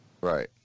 right